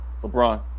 LeBron